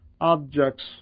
objects